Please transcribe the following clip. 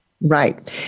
right